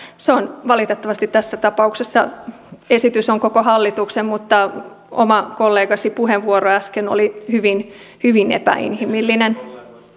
valitettavasti tässä tapauksessa esitys on koko hallituksen mutta oman kollegasi puheenvuoro äsken oli hyvin hyvin epäinhimillinen